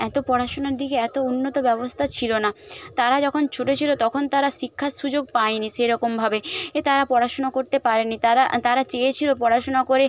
এত পড়াশুনার দিকে এত উন্নত ব্যবস্থা ছিল না তারা যখন ছোটো ছিল তখন তারা শিক্ষার সুযোগ পায়নি সেরকমভাবে এ তারা পড়াশুনো করতে পারেনি তারা তারা চেয়েছিল পড়াশুনো করে